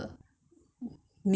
我要拿去蒸 ah